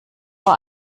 vor